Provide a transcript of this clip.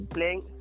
Playing